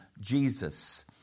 Jesus